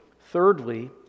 Thirdly